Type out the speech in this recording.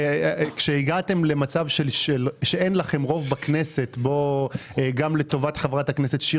כשהגעתם למצב שאין לכם רוב בכנסת - גם לטובת חברת הכנסת שיר